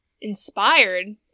inspired